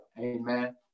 amen